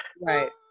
right